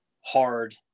hard